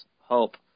hope